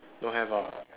don't have ah